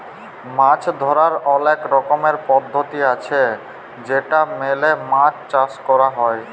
মাছ ধরার অলেক রকমের পদ্ধতি আছে যেটা মেলে মাছ চাষ ক্যর হ্যয়